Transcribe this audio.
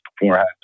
beforehand